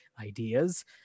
ideas